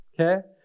Okay